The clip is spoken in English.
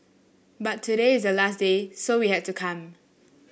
but today is the last day so we had to come